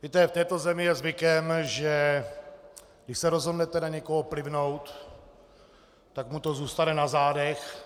Víte, v této zemi je zvykem, že když se rozhodnete na někoho plivnout, tak mu to zůstane na zádech.